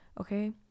okay